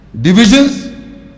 divisions